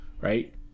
right